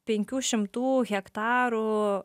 penkių šimtų hektarų